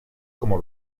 como